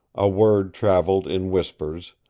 a word traveled in whispers,